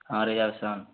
ହଁ ରେ